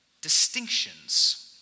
distinctions